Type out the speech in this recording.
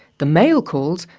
the male calls,